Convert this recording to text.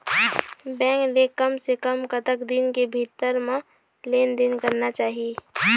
Bank ले कम से कम कतक दिन के भीतर मा लेन देन करना चाही?